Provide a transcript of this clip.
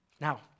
Now